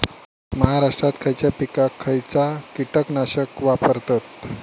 महाराष्ट्रात खयच्या पिकाक खयचा कीटकनाशक वापरतत?